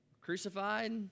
crucified